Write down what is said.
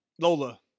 Lola